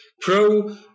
Pro